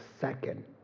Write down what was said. second